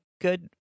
good